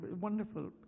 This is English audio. wonderful